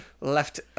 left